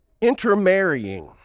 intermarrying